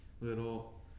little